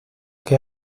que